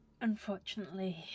Unfortunately